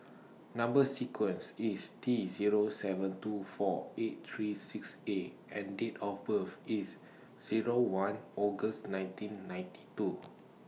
Number sequence IS T Zero seven two four eight three six A and Date of birth IS Zero one August nineteen ninety two